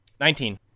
Nineteen